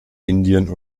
indien